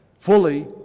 fully